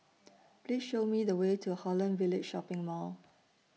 Please Show Me The Way to Holland Village Shopping Mall